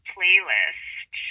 Playlist